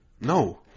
No